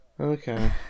Okay